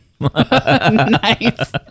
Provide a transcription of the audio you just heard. Nice